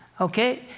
Okay